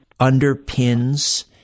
underpins